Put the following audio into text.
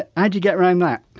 ah ah do you get round that?